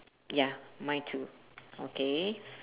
ya mine too okay